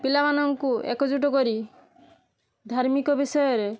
ପିଲାମାନଙ୍କୁ ଏକଜୁଟ କରି ଧାର୍ମିକ ବିଷୟରେ